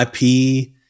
IP